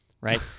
right